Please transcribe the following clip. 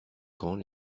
quand